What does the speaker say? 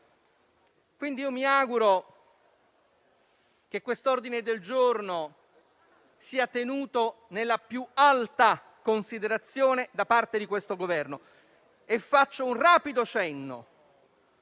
quindi che questo ordine del giorno sia tenuto nella più alta considerazione da parte del Governo. E faccio un rapido cenno